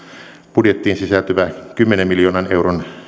budjettiin sisältyvä kymmenen miljoonan euron